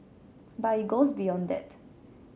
but it goes beyond that